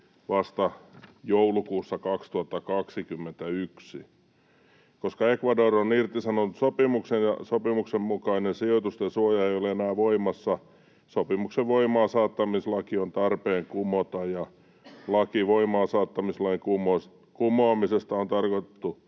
vasta joulukuussa 2021. Koska Ecuador on irtisanonut sopimuksen ja sopimuksen mukainen sijoitusten suoja ei ole enää voimassa, sopimuksen voimaansaattamislaki on tarpeen kumota, ja laki voimaansaattamislain kumoamisesta on tarkoitettu